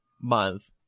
month